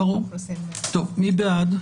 מי בעד?